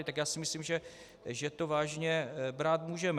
Tak já si myslím, že to vážně brát můžeme.